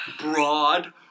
broad